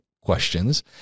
questions